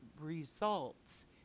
results